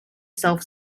self